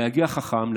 להגיע חכם,